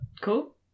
Cool